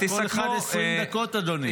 אבל כל אחד 20 דקות, אדוני.